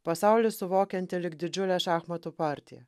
pasaulį suvokianti lyg didžiulę šachmatų partiją